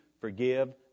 forgive